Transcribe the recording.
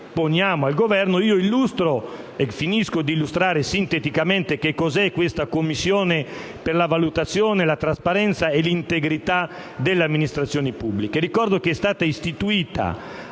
poniamo al Governo. Finisco illustrando sinteticamente cos'è questa Commissione per la valutazione, la trasparenza e l'integrità delle amministrazioni pubbliche. Ricordo che essa è stata istituita